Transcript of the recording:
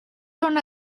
son